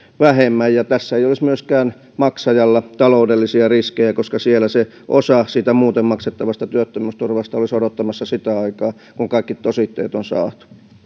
vähemmän tässä ei olisi myöskään maksajalla taloudellisia riskejä koska osa siitä muuten maksettavasta työttömyysturvasta olisi odottamassa sitä aikaa kun kaikki tositteet on saatu